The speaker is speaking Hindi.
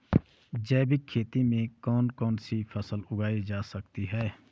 जैविक खेती में कौन कौन सी फसल उगाई जा सकती है?